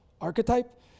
archetype